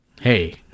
hey